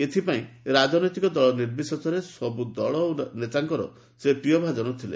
ଏଥିପାଇଁ ରାଜନୈତିକ ଦଳ ନିର୍ବିଶେଷରେ ସବୁ ଦଳ ଓ ନେତାଙ୍କର ସେ ପ୍ରିୟଭାଜନ ହୋଇଥିଲେ